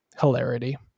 hilarity